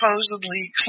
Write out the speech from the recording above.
supposedly